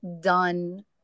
done